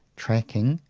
tracking,